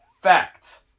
Fact